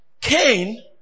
Cain